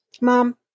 mom